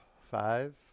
Five